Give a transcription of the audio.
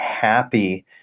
happy